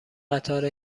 قطار